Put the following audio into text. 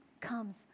comes